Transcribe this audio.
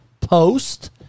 post